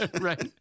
right